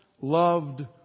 loved